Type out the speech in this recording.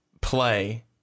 play